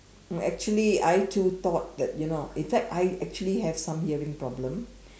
um actually I too thought that you know in fact I actually have some hearing problem